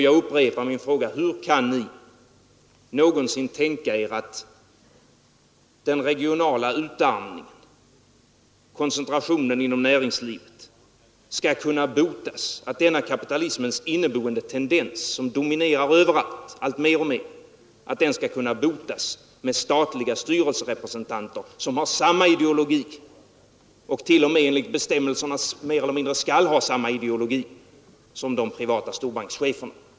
Jag upprepar min fråga: Hur kan ni någonsin tänka er att den regionala utarmningen till följd av koncentrationen inom näringslivet skall kunna botas och att denna kapitalismens inneboende tendens, som allt mer och mer dominerar överallt, skall kunna botas av statliga styrelserepresentanter som har samma ideologi och som enligt bestämmelserna t.o.m. skall ha samma ideologi som de privata storbankscheferna?